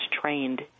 trained